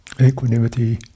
equanimity